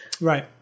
Right